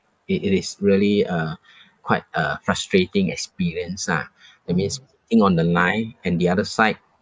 it it is really a quite a frustrating experience ah that means waiting on the line and the other side